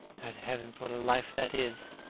heavens! what a life that is!